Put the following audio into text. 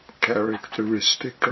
characteristic